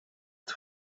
het